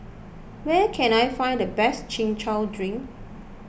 where can I find the best Chin Chow Drink